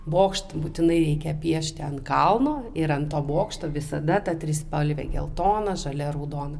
bokštą būtinai reikia piešti ant kalno ir ant to bokšto visada ta trispalvė geltona žalia raudona